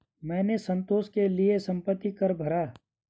मैंने संतोष के लिए संपत्ति कर भरा